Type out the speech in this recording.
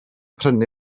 prynu